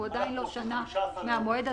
אנחנו עדיין לא שנה מהמועד הזה.